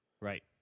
Right